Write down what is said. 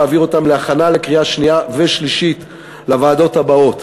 להעביר אותן להכנה לקריאה שנייה ושלישית לוועדות הבאות: